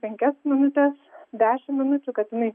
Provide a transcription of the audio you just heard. penkias minutes dešimt minučių kad jinai